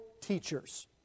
teachers